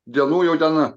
dienų jau ten